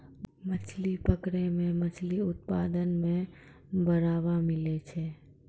मछली पकड़ै मे मछली उत्पादन मे बड़ावा मिलै छै